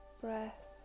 breath